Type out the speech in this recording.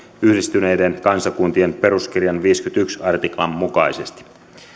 yhdistyneiden kansakuntien peruskirjan viidennenkymmenennenensimmäisen artiklan mukaisesti